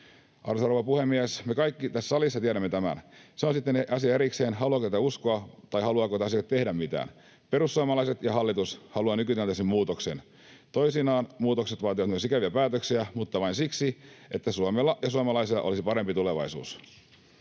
rouva puhemies! Me kaikki tässä salissa tiedämme tämän. Se on sitten asia erikseen, haluaako tätä uskoa tai haluaako asialle tehdä mitään. Perussuomalaiset ja hallitus haluavat nykytilanteeseen muutoksen. Toisinaan muutokset vaativat myös ikäviä päätöksiä mutta vain siksi, että Suomella ja suomalaisilla olisi parempi tulevaisuus.